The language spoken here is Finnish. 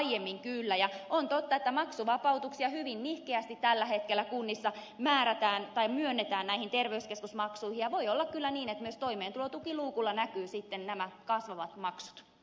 on totta että maksuvapautuksia hyvin nihkeästi tällä hetkellä kunnissa myönnetään näihin terveyskeskusmaksuihin ja voi olla kyllä niin että myös toimeentulotukiluukulla näkyvät sitten nämä kasvavat maksut